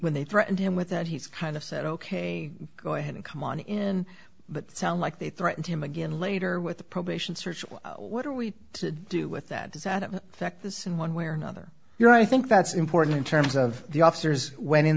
when they threatened him with that he's kind of said ok go ahead and come on in but it sounds like they threatened him again later with the probation search what are we to do with that is adamant that this in one way or another you're i think that's important in terms of the officers went in